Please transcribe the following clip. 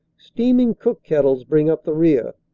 steaming cook kettles bring up the rear,